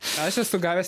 aš esu gavęs